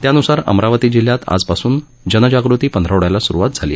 त्यान्सार अमरावती जिल्ह्यात आज पासून जगजागृती पंधरवड्याला सुरुवात झाली